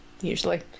usually